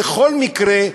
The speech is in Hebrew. בכל מקרה,